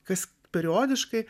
kas periodiškai